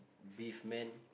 beef man